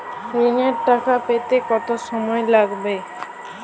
ঋণের টাকা পেতে কত সময় লাগবে?